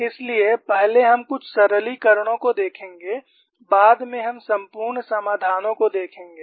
इसलिए पहले हम कुछ सरलीकरणों को देखेंगे बाद में हम संपूर्ण समाधानों को देखेंगे